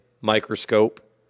microscope